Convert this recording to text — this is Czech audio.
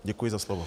Děkuji za slovo.